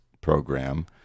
program